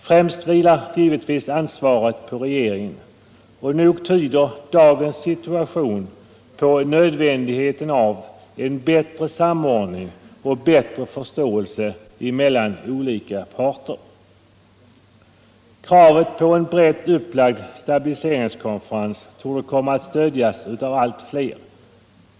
Främst vilar givetvis ansvaret på regeringen, och nog tyder dagens situation på nödvändigheten av en bättre samordning och bättre förståelse mellan olika parter. Kravet på en brett upplagd stabiliseringskonferens torde komma att stödjas av allt fler.